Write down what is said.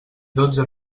dotze